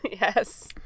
yes